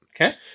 Okay